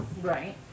Right